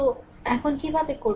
তো এখন কীভাবে করবে